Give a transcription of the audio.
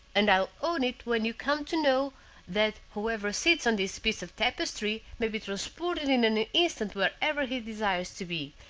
and will own it when you come to know that whoever sits on this piece of tapestry may be transported in an instant wherever he desires to be,